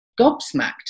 gobsmacked